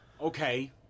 Okay